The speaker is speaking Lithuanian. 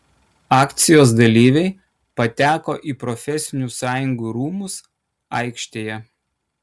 akcijos dalyviai pateko į profesinių sąjungų rūmus aikštėje